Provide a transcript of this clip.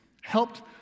helped